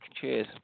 cheers